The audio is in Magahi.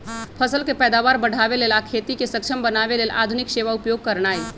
फसल के पैदावार बढ़ाबे लेल आ खेती के सक्षम बनावे लेल आधुनिक सेवा उपयोग करनाइ